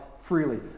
freely